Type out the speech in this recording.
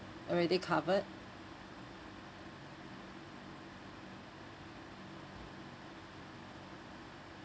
already covered